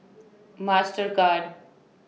Mastercard